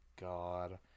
God